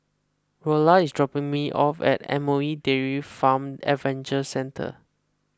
Rolla is dropping me off at M O E Dairy Farm Adventure Centre